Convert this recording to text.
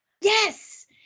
yes